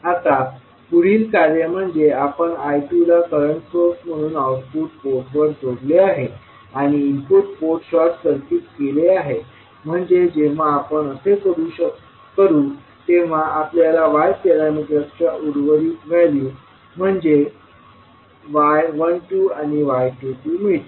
आता पुढील कार्य म्हणजे आपण I2 ला करंट सोर्स म्हणून आऊटपुट पोर्टवर जोडले आहे आणि इनपुट पोर्ट शॉर्ट सर्किट केले आहे म्हणजे जेव्हा आपण असे करू तेव्हा आपल्याला Y पॅरामीटर्सच्या उर्वरित व्हॅल्यू म्हणजेच y12आणि y22मिळतील